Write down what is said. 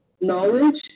knowledge